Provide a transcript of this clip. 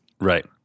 Right